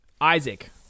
Isaac